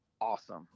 Awesome